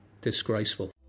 Disgraceful